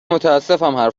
متاسفم